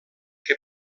que